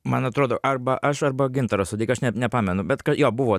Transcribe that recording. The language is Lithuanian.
man atrodo arba aš arba gintaras sodeika aš ne nepamenu bet ka jo buvo